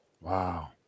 Wow